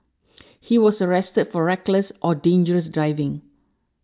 he was arrested for reckless or dangerous driving